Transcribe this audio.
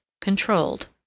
controlled